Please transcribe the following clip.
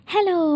Hello